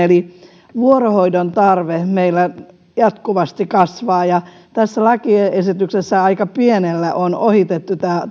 vuorohoidon tarve meillä jatkuvasti kasvaa ja tässä lakiesityksessä aika pienellä on ohitettu